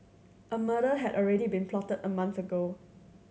a murder had already been plotted a month ago